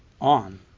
on